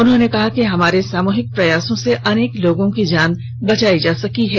उन्होंने कहा कि हमारे सामूहिक प्रयासों से अनेक लोगों की जान बचाई जा सकी है